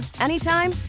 anytime